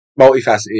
multifaceted